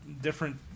Different